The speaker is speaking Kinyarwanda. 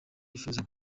wifuza